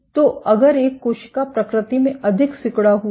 तो अगर एक कोशिका प्रकृति में अधिक सिकुड़ा हुआ है